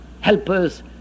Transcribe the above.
helpers